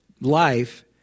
life